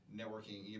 networking